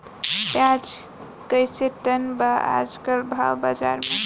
प्याज कइसे टन बा आज कल भाव बाज़ार मे?